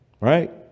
Right